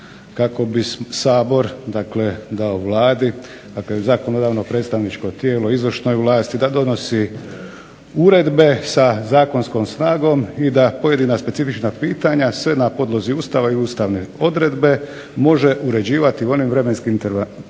kako bi Sabor dao Vladi zakonodavno predstavničko tijelo izvršnoj vlasti da donosi uredbe sa zakonskom snagom i da pojedina specifična pitanja se na podlozi Ustava i ustavne odredbe može uređivati u onim vremenskim intervalima